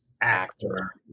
actor